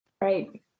right